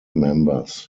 members